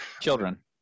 children